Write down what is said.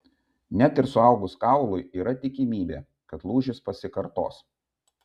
net ir suaugus kaului yra tikimybė kad lūžis pasikartos